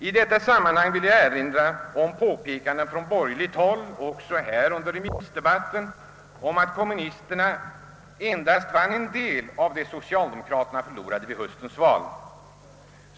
I detta sammanhang vill jag erinra om de påpekanden som gjorts från borgerligt håll — även här i remissdebatten — att kommunisterna endast vann en del av det som socialdemokratien förlorade vid höstens val.